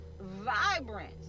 vibrant